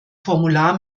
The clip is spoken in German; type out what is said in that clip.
formular